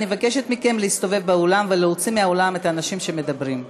אני מבקשת מכם להסתובב באולם ולהוציא מהאולם את האנשים שמדברים.